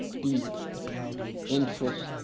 deep interest,